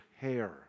hair